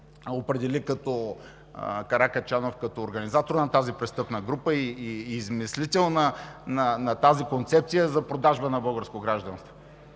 определи Каракачанов като организатор на тази престъпна група и измислител на тази концепция за продажба на българско гражданство.